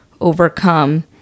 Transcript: overcome